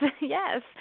yes